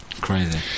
Crazy